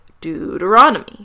Deuteronomy